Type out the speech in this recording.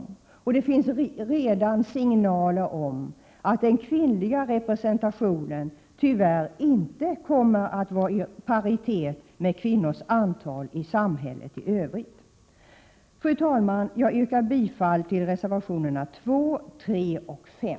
Det finns beklagligtvis redan signaler att den kvinnliga representationen inte kommer att vara i paritet med kvinnornas antal inom samhället i övrigt. Fru talman! Jag yrkar bifall till reservationerna 2, 3 och 5.